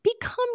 become